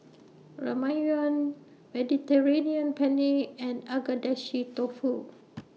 Ramyeon Mediterranean Penne and Agedashi Dofu